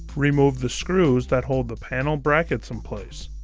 remove the screws that hold the panel brackets in place.